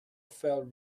felt